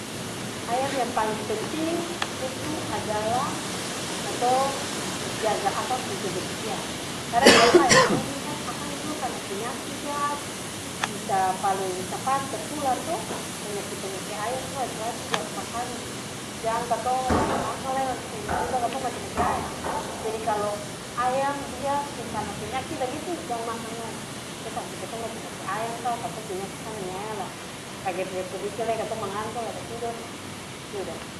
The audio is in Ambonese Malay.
Ayam yang paleng penting itu adalah katong jaga akang pung kebersihan, kadang biasa ayam-ayam nih kan akang jua kanal penyakit ju bisa paleng capat tertular to, panyakit-panyakit ayam tuh hati-hati bapa kami jang katong maeng makang lai tiba-tiba katong mati-mati ayang. Jadi kalu ayam dia sukanal penyaki bagitu jang makang lai jang sampe katong mati-mati ayam ka, katong penyaki sama deng ayam lah kaget-kaget sadiki lai katong manganto lah tatidor lah sudah.